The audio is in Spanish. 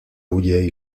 huye